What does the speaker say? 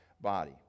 body